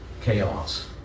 chaos